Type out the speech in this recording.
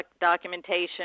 documentation